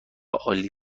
عالی